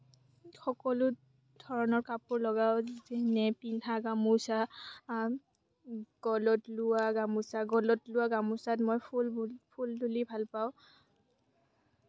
সকলো ধৰণৰ কাপোৰ লগাওঁ যেনে পিন্ধা গামোছা গলত লোৱা গামোছা গলত লোৱা গামোছাত মই ফুল ফুল তুলি ভাল পাওঁ